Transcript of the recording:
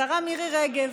השרה מירי רגב.